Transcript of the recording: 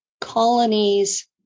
colonies